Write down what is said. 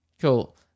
Cool